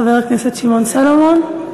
חבר הכנסת שמעון סלומון.